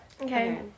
Okay